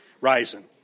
rising